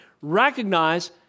recognize